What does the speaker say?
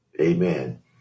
Amen